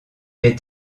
est